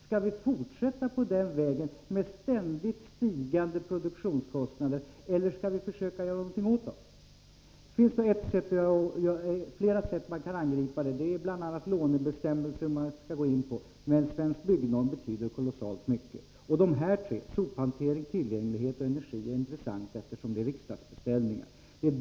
Skall vi fortsätta på den vägen med ständigt stigande produktionskostnader, eller skall vi försöka göra någonting åt dem? Det finns flera sätt att angripa frågan, bl.a. lånebestämmelserna, som jag inte skall gå in på nu. Men Svensk byggnorm betyder kolossalt mycket, och sophantering, tillgänglighet och energi är särskilt intressanta områden, eftersom de är riksdagsbeställningar.